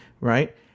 Right